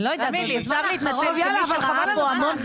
דבריי, אנסה לדבר בצורה נעימה ומכבדת יותר.